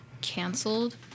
canceled